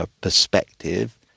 perspective